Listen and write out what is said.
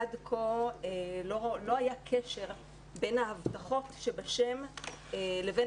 עד כה לא היה קשר בין ההבטחות שבשם לבין